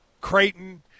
Creighton